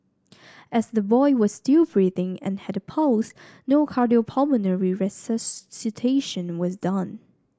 as the boy was still breathing and had a pulse no cardiopulmonary resuscitation was done